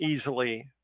easily